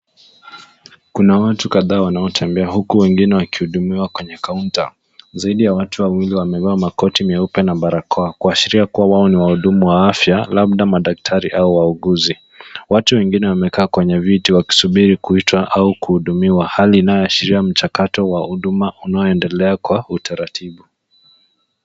Kuna watu kadhaa wanaotembea huku wengine wakihudumiwa kwenye counter zaidi ya watu wawili wamevaa makoti meupe na barakoa kwashiria kwamba wao ni wahudumu wa afya labda madaktari au wauguzi. Watu wengine wamekaa kwenye viti wakisubiri kuitwa au kuhudumiwa hali inayoashiria mchakato wa huduma unaoendelea kwa utaratibu.